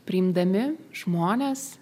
priimdami žmones